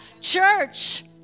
Church